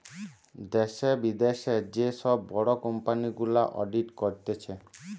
দ্যাশে, বিদ্যাশে যে সব বড় কোম্পানি গুলা অডিট করতিছে